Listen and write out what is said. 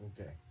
Okay